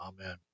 Amen